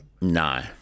No